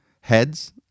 heads